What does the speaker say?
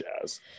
jazz